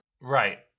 Right